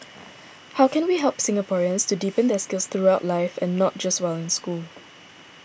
how can we help Singaporeans to deepen their skills throughout life and not just while in school